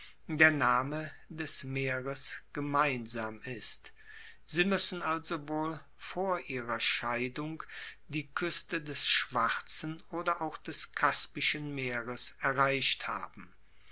der name des meeres gemeinsam ist sie muessen also wohl vor ihrer scheidung die kueste des schwarzen oder auch des kaspischen meeres erreicht haben